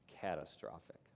catastrophic